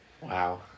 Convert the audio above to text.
Wow